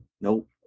Nope